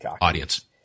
audience